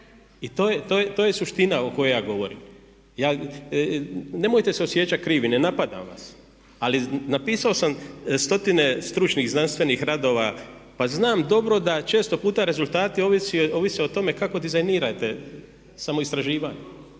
I to je suština o kojoj ja govorim. Nemojte se osjećat krivim, ne napadam vas, ali napisao sam stotine stručnih, znanstvenih radova pa znam dobro da često puta rezultati ovise o tome kako dizajnirate samo istraživanje.